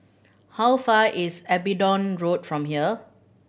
how far is Abingdon Road from here